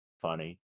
funny